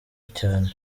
cyane